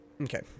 Okay